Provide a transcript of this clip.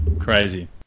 Crazy